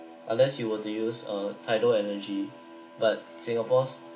unless you were to use uh tidal energy but singapore's